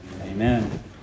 Amen